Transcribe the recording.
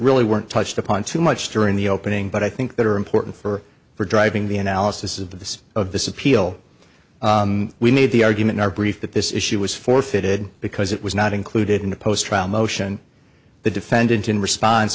really weren't touched upon too much during the opening but i think that are important for for driving the analysis of this of this appeal we made the argument are brief that this issue was forfeited because it was not included in the post trial motion the defendant in response